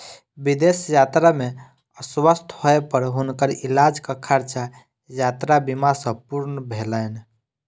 विदेश यात्रा में अस्वस्थ होय पर हुनकर इलाजक खर्चा यात्रा बीमा सॅ पूर्ण भेलैन